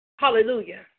Hallelujah